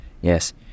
yes